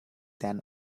than